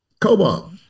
Cobalt